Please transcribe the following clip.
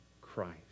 Christ